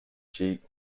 cheek